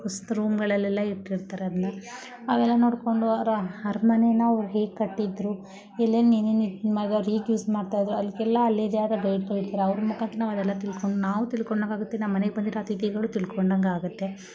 ವಸ್ತು ರೂಮ್ಗಳಲ್ಲೆಲ್ಲ ಇಟ್ಟಿರ್ತಾರೆ ಅದನ್ನ ಅವೆಲ್ಲ ನೋಡಿಕೊಂಡು ಅರಮನೆ ನಾವು ಹೇಗೆ ಕಟ್ಟಿದ್ರು ಎಲ್ಲೆಲ್ಲಿ ಏನೇನು ಯೂಸ್ ಮಾಡ್ತಾಯಿದ್ರು ಅದ್ಕೆಲ್ಲ ಅಲ್ಲಿದ್ದ ಯಾರೋ ಗೈಡ್ಗಳು ಇರ್ತಾರೆ ಅವ್ರ ಮುಖಾಂತರ ನಾವು ಅದೆಲ್ಲ ತಿಳ್ಕೊಂಡು ನಾವು ತಿಳ್ಕೊಂಡಂತಾಗುತ್ತೆ ನಮ್ಮ ಮನೆಗೆ ಬಂದಿರೋ ಅಥಿತಿಗಳೂ ತಿಳ್ಕೊಂಡಂತಾಗುತ್ತೆ